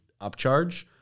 upcharge